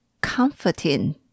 comforting